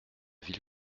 ville